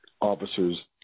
Officers